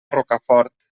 rocafort